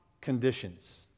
conditions